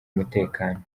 umutekano